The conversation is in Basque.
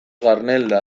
galerna